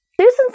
Susan